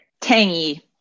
tangy